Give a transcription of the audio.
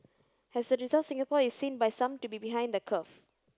as a result Singapore is seen by some to be behind the curve